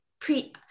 pre-